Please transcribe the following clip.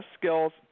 skills